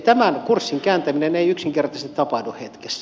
tämän kurssin kääntäminen ei yksinkertaisesti tapahdu hetkessä